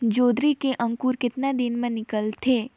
जोंदरी के अंकुर कतना दिन मां निकलथे?